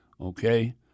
Okay